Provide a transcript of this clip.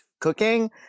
cooking